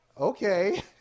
okay